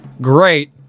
Great